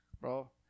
bro